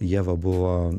ieva buvo